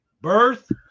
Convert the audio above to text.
Birth